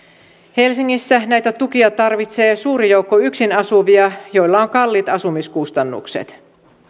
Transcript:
helsingissä näitä tukia tarvitsee suuri joukko yksin asuvia joilla on kalliit asumiskustannukset